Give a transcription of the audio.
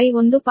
532j 1